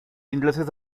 ingleses